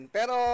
Pero